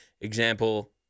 example